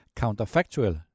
counterfactual